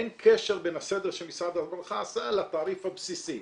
אין קשר בין הסדר שמשרד הרווחה עשה לתעריף הבסיסי.